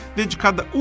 dedicada